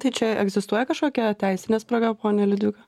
tai čia egzistuoja kažkokia teisinė spraga ponia liudvika